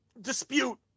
dispute